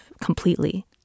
completely